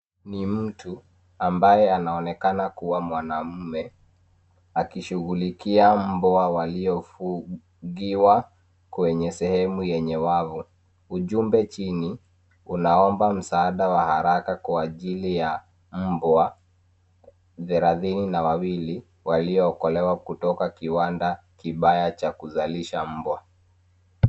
Ni mtu, ambaye anaonekana kuwa mwanamume, akishughulikia mbwa waliyofugiwa kwenye sehemu yenye wavu. Ujumbe chini, unaomba msaada wa haraka kwa ajili ya mbwa, thelathini na wawili, waliyookolewa kutoka kiwanda kibaya cha kuzalisha mbwa.